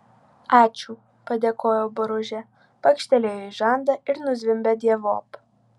ačiū padėkojo boružė pakštelėjo į žandą ir nuzvimbė dievop